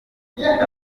kugirango